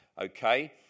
okay